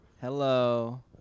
Hello